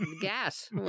gas